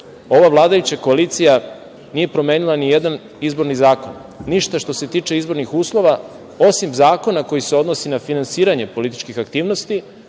ova vladajuća koalicija nije promenila nijedan izborni zakon, ništa što se tiče izbornih uslova, osim zakona koji se odnosi na finansiranje političkih aktivnosti,